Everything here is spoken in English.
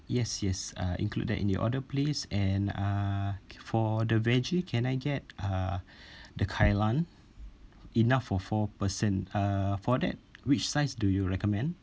yes yes uh include that in your order please and uh for the veggie can I get uh the kailan enough for four person uh for that which size do you recommend